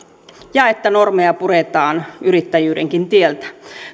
ja että normeja puretaan yrittäjyydenkin tieltä